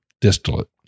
distillate